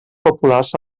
populars